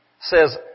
says